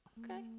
Okay